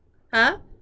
!huh!